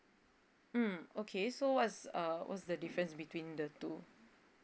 mm okay so what's uh what's the difference between the two